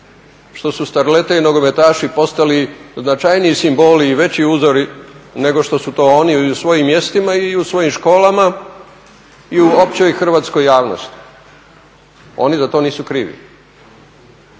što su starlete i nogometaši postali značajniji simboli i veći uzori, nego što su to oni i u svojim mjestima i u svojim školama i u općoj hrvatskoj javnosti. Oni za to nisu krivi.